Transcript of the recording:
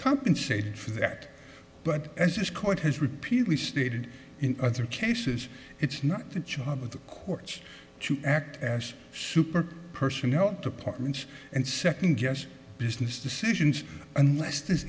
compensated for that but as this court has repeatedly stated in other cases it's not the job of the courts to act as super personnel departments and second guess business decisions unless th